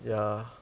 ya